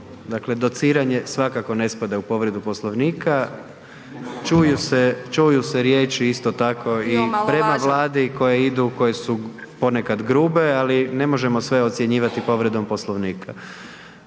Dakle, dociranje svakako ne spada u povredu Poslovnika. Čuju se, čuju se riječi isto tako i prema vladi koje idu, koje su ponekad grube, ali ne možemo sve ocjenjivati povredom Poslovnika,